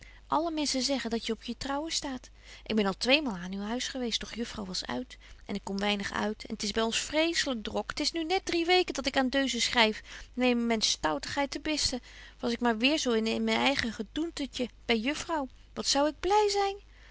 alle mensen zeggen dat je op je trouwen staat ik ben al tweemaal aan uw huis geweest doch juffrouw was uit en ik kom weinig uit en t is by ons vreeslyk drok t is nu net drie weken dat ik aan deuzen schryf neem men stoutigheid ten besten was ik maar weêr zo in men eigen gedoentetje by juffrouw wat zou ik bly zyn